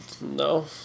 No